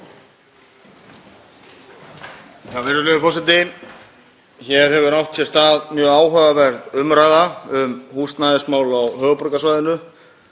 Virðulegur forseti. Hér hefur átt sér stað mjög áhugaverð umræða um húsnæðismál á höfuðborgarsvæðinu.